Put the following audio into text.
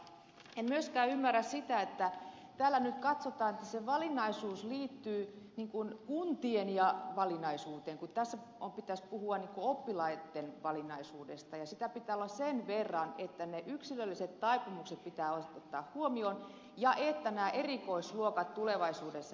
en myöskään ymmärrä sitä että täällä nyt katsotaan että se valinnaisuus liittyy ikään kuin kuntiin ja valinnaisuuteen kun tässä pitäisi puhua oppilaitten valinnaisuudesta ja sitä pitää olla sen verran että ne yksilölliset taipumukset pitää ottaa huomioon ja nämä erikoisluokat tulevaisuudessakin sitten säilyvät